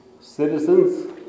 citizens